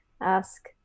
ask